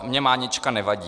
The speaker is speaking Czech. Mně mánička nevadí.